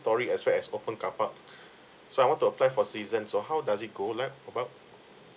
storey as well as open car park so I want to apply for season so how does it go like about